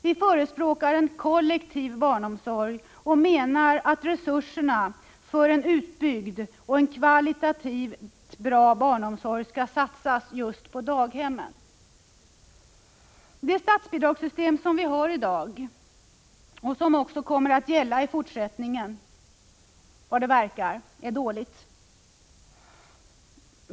Vi förespråkar en kollektiv barnomsorg och menar att resurserna för en utbyggd och kvalitativt bra barnomsorg skall satsas just på daghemmen. Det statsbidragssystem som vi har i dag och som också kommer att gälla i fortsättningen, enligt vad det verkar, är dåligt.